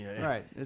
Right